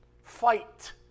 fight